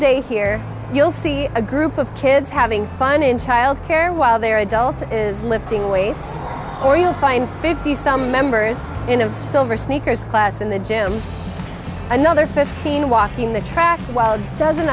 day here you'll see a group of kids having fun in childcare while their adult is lifting weights or you'll find fifty some members in a silver sneakers class in the gym another fifteen walking the track while a dozen